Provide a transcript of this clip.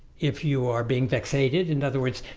if you are being fixated in other words,